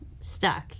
stuck